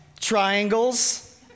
triangles